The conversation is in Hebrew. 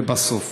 לבסוף.